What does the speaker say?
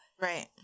Right